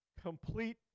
Complete